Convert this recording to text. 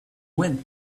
went